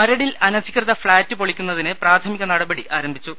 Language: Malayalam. മരടിൽ അനധികൃത ഫ്ളാറ്റ് പൊളിക്കുന്നതിന് പ്രാഥമിക നടപടി ആരംഭിച്ചു